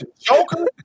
Joker